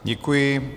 Děkuji.